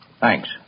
Thanks